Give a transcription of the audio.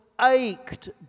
ached